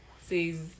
says